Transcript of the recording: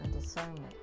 discernment